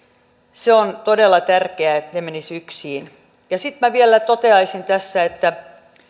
se on todella tärkeää että ne menisivät yksiin sitten minä vielä toteaisin tässä kun